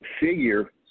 figure